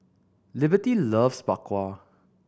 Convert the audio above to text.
Liberty loves Bak Kwa